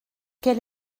quel